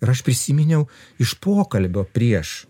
ir aš prisiminiau iš pokalbio prieš